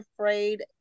afraid